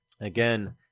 Again